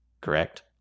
correct